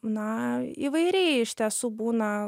na įvairiai iš tiesų būna